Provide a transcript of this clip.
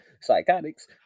Psychotics